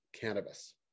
cannabis